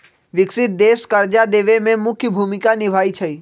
विकसित देश कर्जा देवे में मुख्य भूमिका निभाई छई